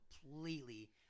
completely